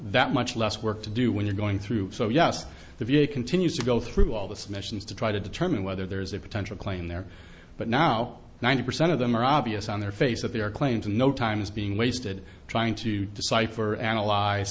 that much less work to do when you're going through it so yes the v a continues to go through all this missions to try to determine whether there's a potential claim there but now ninety percent of them are obvious on their face of their claim to know time is being wasted trying to decipher analyze